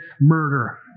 murder